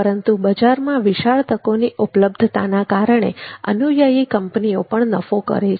પરંતુ બજારમાં વિશાળ તકોની ઉપલબ્ધતાના કારણે અનુયાયી કંપનીઓ પણ નફો કરે છે